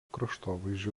kraštovaizdžio